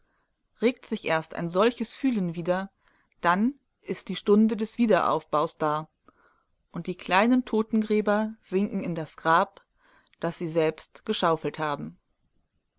regt sich erst ein solches fühlen wieder dann ist die stunde des wiederaufbaues da und die kleinen totengräber sinken in das grab das sie selbst geschaufelt haben